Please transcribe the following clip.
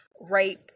rape